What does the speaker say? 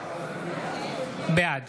בעד